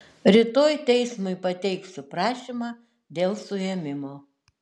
rytoj teismui pateiksiu prašymą dėl suėmimo